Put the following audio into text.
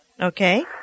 Okay